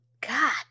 God